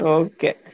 okay